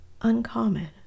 uncommon